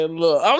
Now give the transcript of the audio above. look